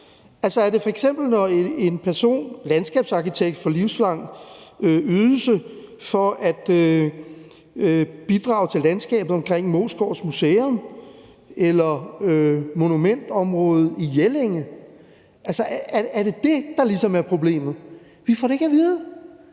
Er det f.eks., når en landskabsarkitekt får livslang ydelse for at bidrage til landskabet omkring Moesgaard Museum eller monumentområdet i Jelling? Er det det, der ligesom er problemet? Vi får det ikke at vide.